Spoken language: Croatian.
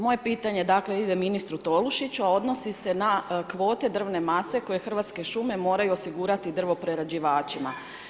Moje pitanje, dakle, ide ministru Tolušiću, a odnosi se na kvote drvne mase koje Hrvatske šume moraju osigurati drvoprerađivačima.